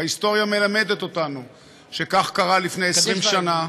ההיסטוריה מלמדת אותנו שכך קרה לפני 20 שנה,